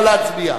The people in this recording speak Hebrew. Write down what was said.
נא להצביע.